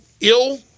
ill